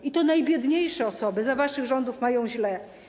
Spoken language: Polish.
I to najbiedniejsze osoby za waszych rządów mają źle.